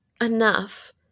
enough